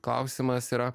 klausimas yra